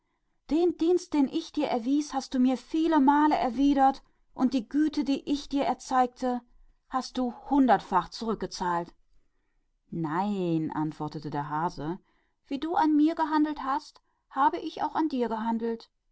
den dienst den ich dir tat hast du viele male zurückgegeben und die güte die ich dir erwies hast du hundertfach zurückgezahlt nein antwortete der hase aber wie du an mir gehandelt hast habe ich an dir gehandelt